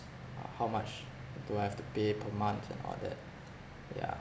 uh how much do I have to pay per month and all that yeah